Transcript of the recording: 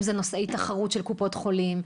אם אלה נושאי תחרות של קופות חולים,